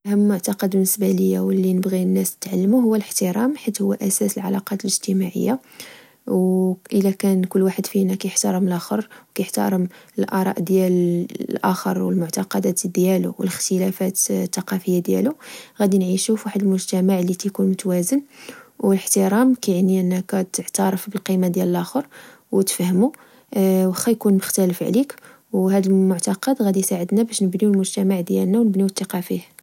أهم معتقد بالنسبة ليا، واللي نبغي الناس تعلمو، هو الإحترام، حيت هو أساس العلاقات الاجتماعية، وإلا كان كل واحد فينا كحتارم لاخر، وكحتارم الآراء ديال الأخر و المعتقدات ديالو، الاختلافات التقافية ديالو ، غادي نعيشو فواحد المجتمع لتكون متوازن. و الإحترام كيعني أنك تعترف بالقيمة ديال لاخر، وتفهمو وخا يكاون مختلف عليك. وهاد المعتقد غدي ساعدنا باش نبنيو المجتمع ديالنا ونبنيو التقة فيه